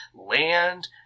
land